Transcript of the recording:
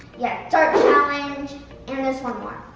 yeah, dart challenge and there's one more.